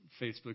Facebook